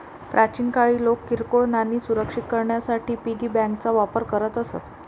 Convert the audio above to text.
प्राचीन काळी लोक किरकोळ नाणी सुरक्षित करण्यासाठी पिगी बँकांचा वापर करत असत